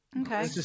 Okay